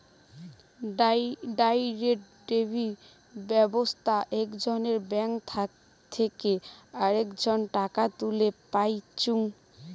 direct debit ব্যাবস্থাত একজনের bank থেকে আরেকজন টাকা তুলতে পাইচুঙ